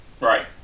Right